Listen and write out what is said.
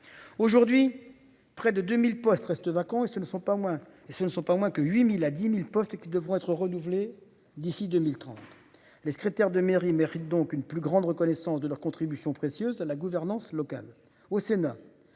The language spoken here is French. Aujourd'hui. Près de 2000 postes restent vacants et ce ne sont pas moins et ce ne sont pas moins que 8000 à 10.000 postes qui devrait être renouvelée d'ici 2030. Les secrétaires de mairie mérite donc une plus grande reconnaissance de leur contribution précieuse à la gouvernance locale au Sénat.